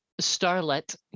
starlet